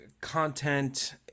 content